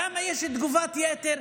למה יש תגובת יתר,